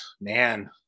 man